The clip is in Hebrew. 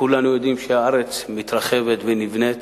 כולנו יודעים שהארץ מתרחבת ונבנית,